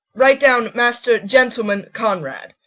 write down master gentleman conrade.